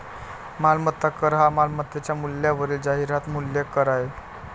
मालमत्ता कर हा मालमत्तेच्या मूल्यावरील जाहिरात मूल्य कर आहे